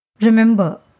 Remember